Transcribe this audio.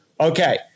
Okay